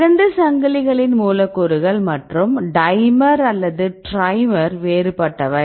2 சங்கிலிகளின் மூலக்கூறுகள் மற்றும் டைமர் அல்லது ட்ரைமர் வேறுபட்டவை